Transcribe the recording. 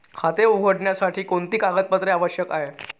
खाते उघडण्यासाठी कोणती कागदपत्रे आवश्यक आहे?